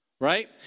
right